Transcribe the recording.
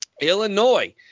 Illinois